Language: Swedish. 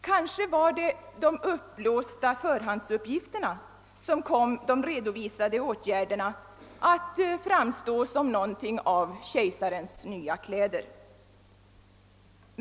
Kanske var det de uppblåsta förhandsuppgifterna som kom de redovisade åtgärderna att framstå som någonting av kejsarens nya kläder.